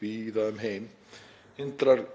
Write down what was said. víða um heim, hindrar